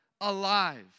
alive